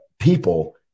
People